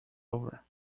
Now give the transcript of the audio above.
over